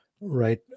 Right